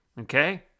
Okay